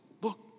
look